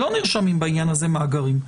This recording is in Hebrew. לא נרשמים בעניין הזה מאגרים.